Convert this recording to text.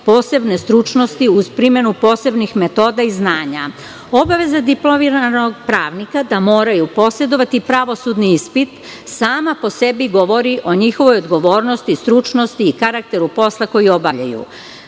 posebne stručnosti, uz primenu posebnih metoda i znanja. Obaveza diplomiranog pravnika da moraju posedovati pravosudni ispit, sama po sebi govori o njihovoj odgovornosti i stručnosti i karakteru posla koji obavljaju.